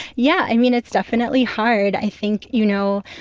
yeah. i mean, it's definitely hard. i think, you know,